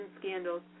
scandals